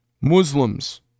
Muslims